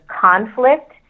conflict